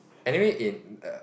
anyway in